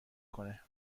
کنه